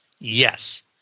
Yes